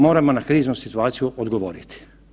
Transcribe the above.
Moramo na kriznu situaciju odgovoriti.